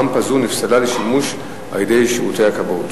רמפה זו נפסלה לשימוש על-ידי שירותי הכבאות.